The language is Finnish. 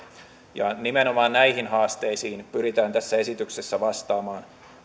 nimenomaan näihin haasteisiin pyritään tässä esityksessä vastaamaan